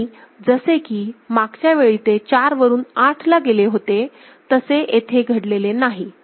आणि जसे की मागच्यावेळी ते चार वरून आठ ला गेले होते तसे येथे घडलेले नाही